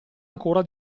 ancora